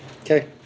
Okay